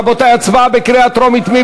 רבותי, הצבעה בקריאה טרומית.